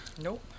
nope